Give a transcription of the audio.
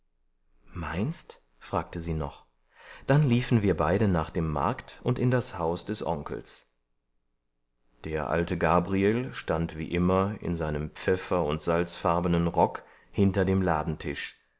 meinst fragte sie noch dann liefen wir beide nach dem markt und in das haus des onkels der alte gabriel stand wie immer in seinem pfeffer und salzfarbenen rock hinter dem ladentisch